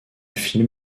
film